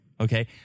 Okay